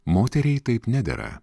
moteriai taip nedera